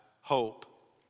hope